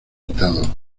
quitado